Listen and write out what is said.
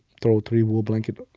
throw three wool blanket.